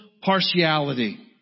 partiality